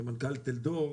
כמנכ"ל טלדור,